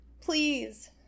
Please